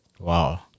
Wow